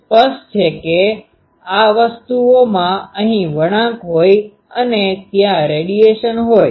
સ્પષ્ટ છે કે આ વસ્તુઓમાં અહીં વણાંક હોય અને ત્યાં રેડીએશન હોય